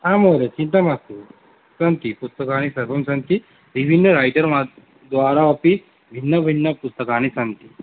आं महोदये चिन्ता मास्तु सन्ति पुस्तकानि सर्वं सन्ति विभिन्न रैटर् द्वारा अपि भिन्नभिन्नपुस्तकानि सन्ति